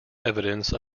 evidence